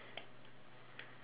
okay so